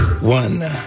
One